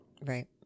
Right